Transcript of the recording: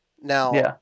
Now